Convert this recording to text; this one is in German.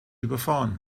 überfahren